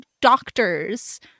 doctors